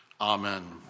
Amen